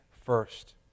first